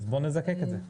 אז בואו נזקק את זה.